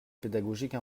pédagogique